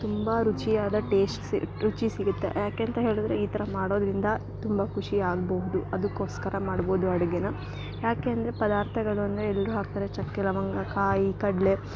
ತುಂಬ ರುಚಿಯಾದ ಟೇಸ್ಟ್ ಸೆ ರುಚಿ ಸಿಗುತ್ತೆ ಯಾಕೆಂತ ಹೇಳಿದ್ರೆ ಈ ಥರ ಮಾಡೋದ್ರಿಂದ ತುಂಬ ಖುಷಿ ಆಗಬಹುದು ಅದಕೋಸ್ಕರ ಮಾಡ್ಬೋದು ಅಡ್ಗೆ ಯಾಕೆ ಅಂದರೆ ಪದಾರ್ಥಗಳು ಅಂದರೆ ಎಲ್ಲರು ಹಾಕ್ತಾರೆ ಚಕ್ಕೆ ಲವಂಗ ಕಾಯಿ ಕಡಲೆ